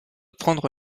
prendre